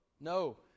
no